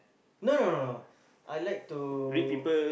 no no no no I like to